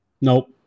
Nope